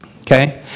Okay